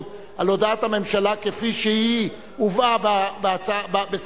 על הודעת הממשלה כפי שהיא הובאה בסדר-היום,